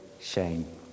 shame